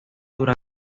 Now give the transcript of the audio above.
durante